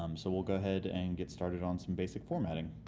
um so, we'll go ahead and get started on some basic formatting.